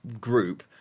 group